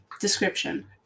Description